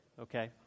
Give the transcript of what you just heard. okay